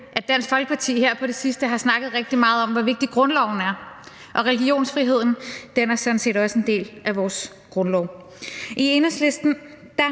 at Dansk Folkeparti her på det sidste har snakket rigtig meget om, hvor vigtig grundloven er, og religionsfriheden er sådan set også en del af vores grundlov. I Enhedslisten